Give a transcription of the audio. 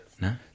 No